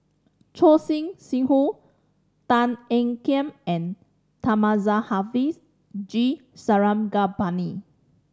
Choor Singh Sidhu Tan Ean Kiam and Thamizhavel G Sarangapani